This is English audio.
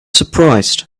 surprised